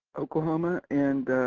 oklahoma and